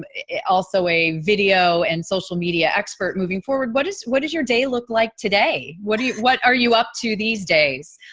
ah also a video and social media expert moving forward. what is, what does your day look like today? what do you what are you up to these days?